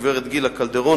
גברת גילה קלדרון,